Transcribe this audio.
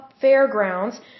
Fairgrounds